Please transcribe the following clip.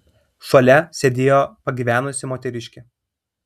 šalia sėdėjo pagyvenusi moteriškė